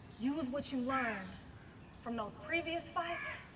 use what you learned from those previous fights,